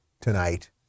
tonight